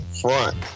front